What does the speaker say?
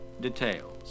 details